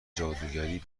جادوگری